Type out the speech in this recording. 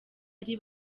ari